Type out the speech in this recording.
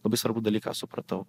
labai svarbų dalyką supratau